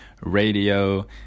Radio